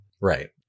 right